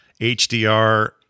HDR